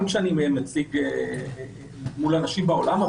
אני מתבייש גם כשאני מציג בפני אנשים בעולם,